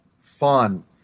fun